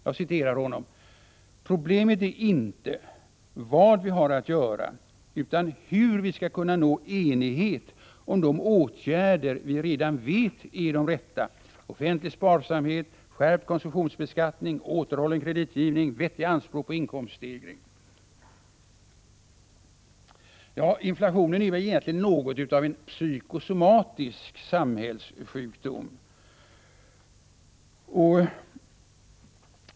Han skrev: ”Problemet är inte vad vi har att göra utan hur vi skall kunna nå enighet om de åtgärder vi redan vet vara de rätta: offentlig sparsamhet, skärpt konsumtionsbeskattning, återhållen kreditgivning, vettiga anspråk på inkomststegring.” Inflationen är väl egentligen något av en psykosomatisk samhällssjukdom.